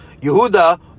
Yehuda